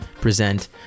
present